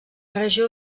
regió